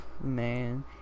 man